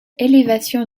élévation